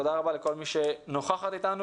תודה רבה לכל מי שנמצא פה איתנו.